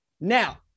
Now